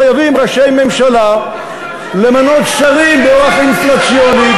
חייבים ראשי ממשלה למנות שרים באורח אינפלציוני,